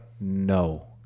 no